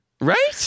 Right